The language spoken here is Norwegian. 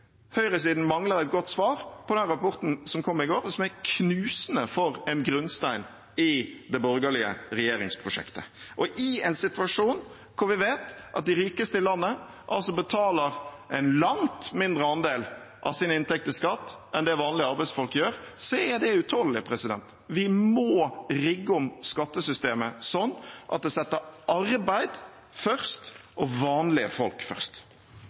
høyresiden mangler et godt svar på rapporten som kom i går, og som er knusende for en grunnstein i det borgerlige regjeringsprosjektet. I en situasjon hvor vi vet at de rikeste i landet betaler en langt mindre andel av sin inntekt i skatt enn det vanlige arbeidsfolk gjør, er det utålelig. Vi må rigge om skattesystemet slik at det setter arbeid først og vanlige folk først.